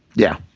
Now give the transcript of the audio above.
yeah,